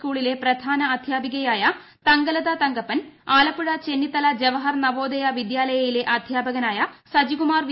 സ്കൂളിലെ പ്രധാന അധ്യാപികയായ തങ്കലത തങ്കപ്പൻ ആലപ്പുഴ ചെന്നിത്തുല ജവഹർ നവോദയ വിദ്യാലയയിലെ അധ്യാപകനായ പ്രസ്ജികുമാർ വി